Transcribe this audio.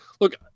look